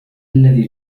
الذي